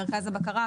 מרכז הבקרה,